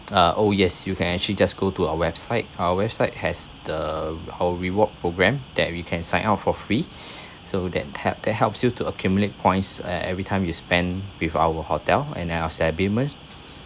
uh oh yes you can actually just go to our website our website has the our rewards program that we can sign up for free so that hel~ that helps you to accumulate points uh every time you spend with our hotel and